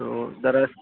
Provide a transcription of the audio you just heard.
تو درہ